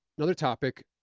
another topic,